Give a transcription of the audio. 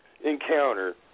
encounter